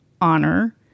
honor